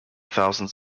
thousands